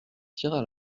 tira